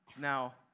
Now